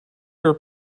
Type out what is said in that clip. your